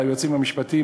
ליועצים המשפטיים,